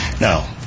Now